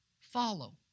follow